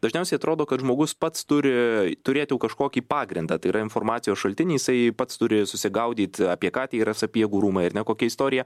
dažniausiai atrodo kad žmogus pats turi turėti kažkokį pagrindą tai yra informacijos šaltinį jisai pats turi susigaudyt apie ką tie yra sapiegų rūmai ar ne kokia istorija